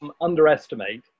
underestimate